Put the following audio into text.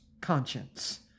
conscience